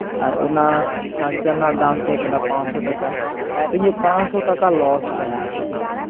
ᱟᱨ ᱚᱱᱟ ᱪᱟᱨᱡᱟᱨ ᱨᱮᱱᱟᱜ ᱫᱟᱢ ᱛᱟᱦᱮᱸ ᱠᱟᱱᱟ ᱯᱟᱸᱥᱥᱳ ᱴᱟᱠᱟ ᱛᱳ ᱤᱧᱟᱹᱜ ᱯᱟᱸᱥᱥᱳ ᱴᱟᱠᱟ ᱞᱚᱥ ᱮᱱ ᱛᱤᱧᱟ